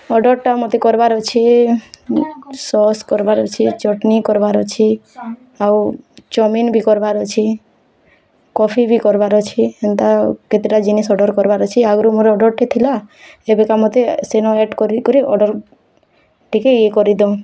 ଅର୍ଡ଼ର୍ଟା ମୋତେ କର୍ବାର୍ ଅଛେ ସସ୍ କର୍ବାର୍ ଅଛେ ଚଟ୍ନି କର୍ବାର୍ ଅଛି ଆଉ ଚାଉମିନ୍ ବି କର୍ବାର୍ ଅଛି କଫି ବି କର୍ବାର୍ ଅଛେ ହେନ୍ତା କେତେଟା ଜିନିଷ୍ ଅର୍ଡ଼ର୍ କର୍ବାର୍ ଅଛି ଆଗ୍ରୁ ମୋର୍ ଅର୍ଡ଼ର୍ଟେ ଥିଲା ଏବେକା ମୋତେ ସେନ ରେଟ୍ କରି କରି ଅର୍ଡ଼ର୍ ଟିକେ ଇଏ କରିଦିଅ